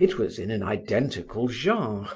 it was in an identical genre,